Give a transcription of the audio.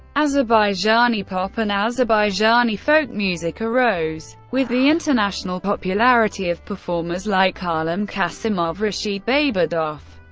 azerbaijani pop and azerbaijani folk music arose with the international popularity of performers like ah alim qasimov, rashid behbudov,